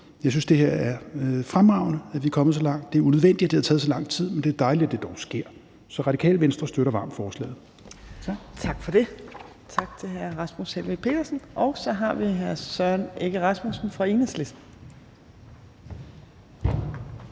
Jeg synes, det her er fremragende, altså at vi er kommet så langt. Det er unødvendigt, at det har taget så lang tid, men det er dejligt, at det dog sker. Så Radikale Venstre støtter varmt forslaget. Kl. 14:41 Tredje næstformand (Trine Torp): Tak til hr. Rasmus Helveg Petersen. Så har vi hr. Søren Egge Rasmussen fra Enhedslisten.